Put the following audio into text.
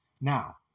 Now